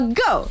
go